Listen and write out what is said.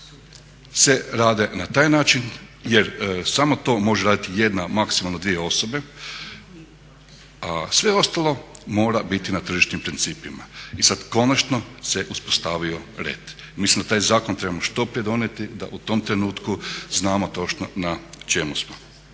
se rade na taj način jer samo to može raditi jedna, maksimalno dvije osobe, a sve ostalo mora biti na tržišnim principima. I sad konačno se uspostavio red. Mislim da taj zakon trebamo što prije donijeti da u tom trenutku znamo točno na čemu smo.